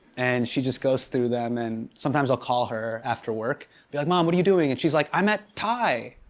and she just goes through them and sometimes i'll call her after work. be like, mom, what are you doing? and she's like, i'm at thai.